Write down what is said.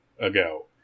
ago